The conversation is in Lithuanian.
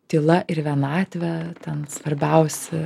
tyla ir vienatvė ten svarbiausi